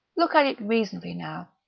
look at it reasonably, now.